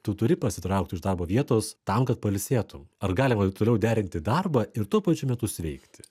tu turi pasitraukti iš darbo vietos tam kad pailsėtum ar galima ir toliau derinti darbą ir tuo pačiu metu sveikti